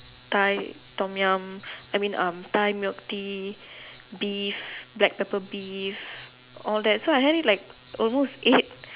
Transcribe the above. Thai Tom-Yum I mean um Thai milk tea beef black pepper beef all that so I had it like almost eight